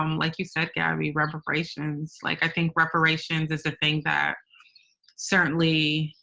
um like you said, gabby, reparations like i think reparations is a thing that certainly,